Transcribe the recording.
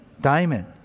diamond